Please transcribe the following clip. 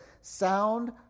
sound